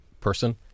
person